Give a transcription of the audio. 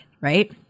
right